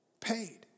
Paid